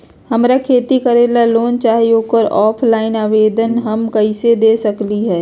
हमरा खेती करेला लोन चाहि ओकर ऑफलाइन आवेदन हम कईसे दे सकलि ह?